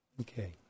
Okay